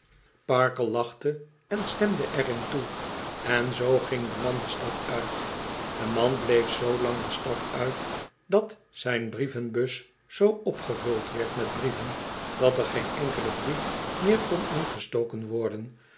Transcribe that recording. parkle lachte en stemde er in toe en zoo ging de man de stad uit de man bleef zoolang de stad uit dat zijn brievenbus zoo opgevuld werd met brieven dat er geen enkele brief meer kon ingestoken worden